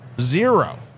zero